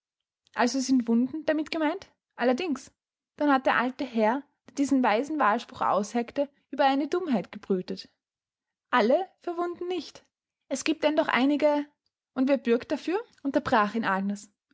also sind wunden damit gemeint allerdings dann hat der alte herr der diesen weisen wahlspruch ausheckte über einer dummheit gebrütet alle verwunden nicht es giebt denn doch einige und wer bürgt dafür unterbrach ihn agnes